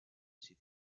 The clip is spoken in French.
ses